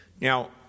Now